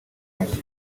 mashya